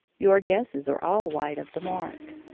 your guesses are all wide of the mark.